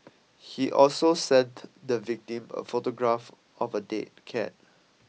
he also sent the victim a photograph of a dead cat